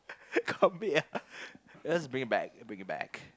ah just bring him back bring him back